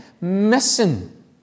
missing